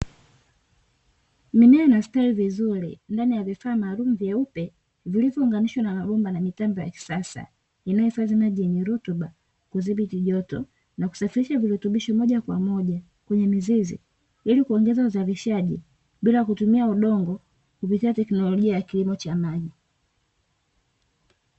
Mimea inastawi vizuri ndani ya vifaa maalum vyeupe, vilivyo unganishwa na mabomba na mitambo ya kisasa inayohifadhi maji yenye rutuba kudhibiti joto na kusafirisha virutubisho moja kwa moja kwenye mizizi ilikuongeza uzalishaji bila kutumia udongo kupitia teknolojia ya kilimo cha maji.